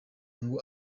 ngo